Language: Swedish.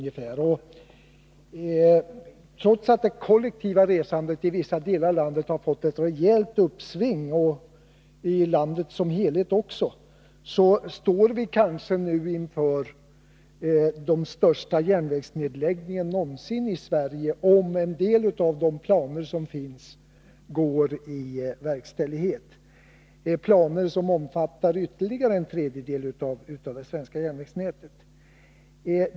Trots att det kollektiva resandet i hela landet visar på ett rejält uppsving står vi inför den kanske största järnvägsnedläggningen någonsin i Sverige. Det gäller under förutsättning att en del av de befintliga planerna verkställs. Planerna rör f.ö. ytterligare en tredjedel av det svenska järnvägsnätet.